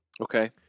Okay